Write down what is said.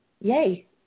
yay